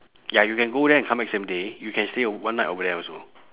ya you can go there and come back same day you can stay ov~ one night over there also